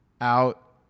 out